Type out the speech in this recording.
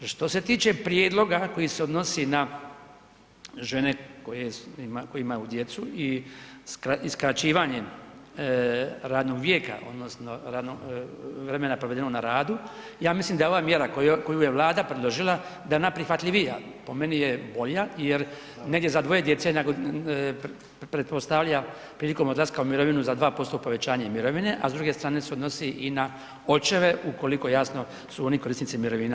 Što se tiče prijedloga koji se odnosi na žene koje imaju djecu i skraćivanjem radnog vijeka, odnosno vremena provedenog na radu, ja mislim da je ova mjera koju je Vlada predložila, da je ona prihvatljivija, po meni je bolja jer negdje za dvoje djece pretpostavlja prilikom odlaska u mirovinu za 2% povećanje mirovine, a s druge strane se odnosi i na očeve, ukoliko, jasno, su oni korisnici mirovina.